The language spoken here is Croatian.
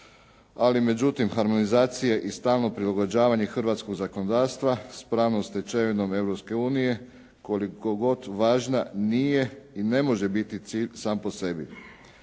ali međutim harmonizacije i stalno prilagođavanje hrvatskog zakonodavstva s pravnom stečevinom Europske unije koliko god važna nije i ne može biti cilj sam po sebi.